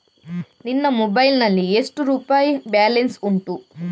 ನಿನ್ನ ಮೊಬೈಲ್ ನಲ್ಲಿ ಎಷ್ಟು ರುಪಾಯಿ ಬ್ಯಾಲೆನ್ಸ್ ಉಂಟು?